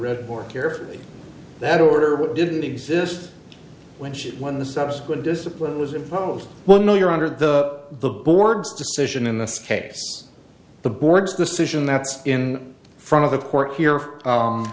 read more carefully that order what didn't exist when shit when the subsequent discipline was imposed well no you're under the the board's decision in this case the board's decision that's in front of the court here